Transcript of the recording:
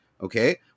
okay